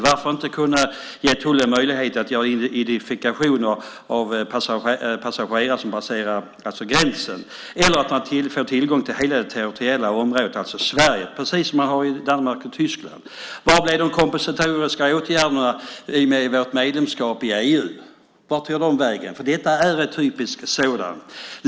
Varför inte ge tullen möjlighet att göra identifikationer av passagerare som passerar gränsen eller se till att tullen får tillgång till hela det territoriella området, alltså Sverige, precis som man har i Danmark och Tyskland? Vilka blev de kompensatoriska åtgärderna i och med vårt medlemskap i EU? Vart tog de vägen? Detta är en typisk sådan.